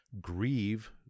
Grieve